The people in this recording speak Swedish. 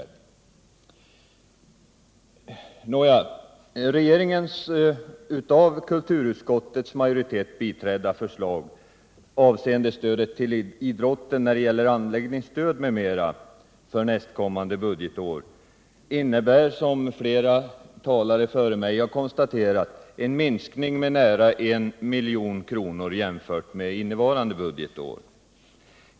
Regeringens av kulturutskottets majoritet biträdda förslag avseende stödet till idrotten, det gäller t.ex. anläggningsstödet, för nästkommande budgetår innebär som flera talare före mig konstaterat en minskning med nära 1 milj.kr. jämfört med innevarande budgetår.